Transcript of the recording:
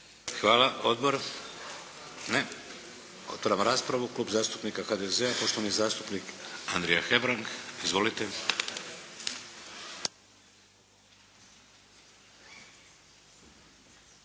Hvala. Odbor? Ne. Otvaram raspravu. Klub zastupnika HDZ-a, poštovani zastupnik Andrija Hebrang. Izvolite.